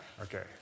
Okay